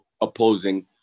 opposing